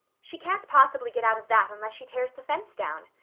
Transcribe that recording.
she can't possibly get out of that unless she tears the fence down,